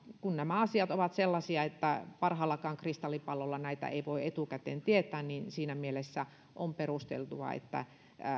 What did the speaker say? kun nämä asiat ovat sellaisia että parhaallakaan kristallipallolla näitä ei voi etukäteen tietää niin siinä mielessä on perusteltua että